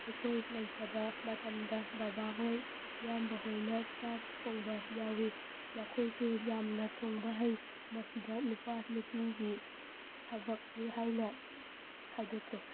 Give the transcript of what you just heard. ꯑꯩꯈꯣꯏ ꯂꯩꯇꯕ ꯃꯇꯝꯗ ꯕꯕꯥ ꯍꯣꯏ ꯏꯌꯥꯝꯕ ꯍꯣꯏꯅ ꯆꯥꯛ ꯊꯣꯡꯕ ꯌꯥꯎꯋꯤ ꯃꯈꯣꯏꯁꯨ ꯌꯥꯝꯅ ꯊꯣꯡꯕ ꯍꯩ ꯃꯁꯤꯗ ꯅꯨꯄꯥ ꯅꯨꯄꯤꯒꯤ ꯊꯕꯛꯅꯤ ꯍꯥꯏꯅ ꯈꯥꯏꯗꯣꯛꯇꯦ